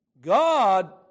God